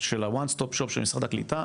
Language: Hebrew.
של ה-"one stop shop" של משרד הקליטה,